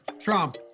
Trump